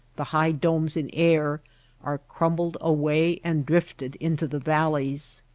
the high domes in air are crumbled away and drifted into the valleys.